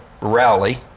rally